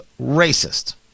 racist